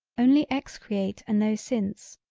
only excreate a no since.